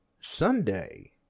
Sunday